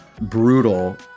brutal